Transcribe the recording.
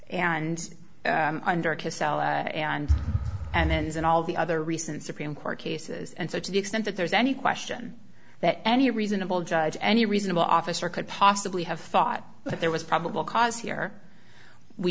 and and and then isn't all the other recent supreme court cases and so to the extent that there's any question that any reasonable judge any reasonable officer could possibly have thought that there was probable cause here we